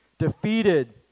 defeated